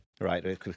Right